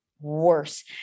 worse